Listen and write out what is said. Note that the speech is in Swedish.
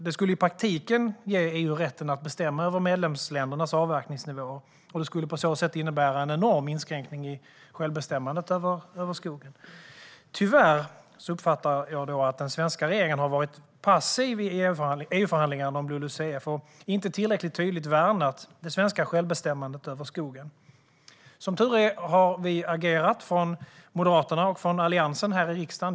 Det skulle i praktiken ge EU rätten att bestämma över medlemsländernas avverkningsnivåer, och det skulle på så sätt innebära en enorm inskränkning i självbestämmandet över skogen. Tyvärr uppfattar jag att den svenska regeringen har varit passiv i EU-förhandlingarna om LULUCF och inte tillräckligt tydligt värnat det svenska självbestämmandet över skogen. Som tur är har vi från Moderaternas och Alliansens sida agerat här i riksdagen.